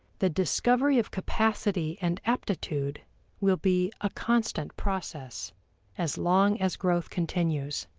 the discovery of capacity and aptitude will be a constant process as long as growth continues.